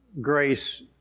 grace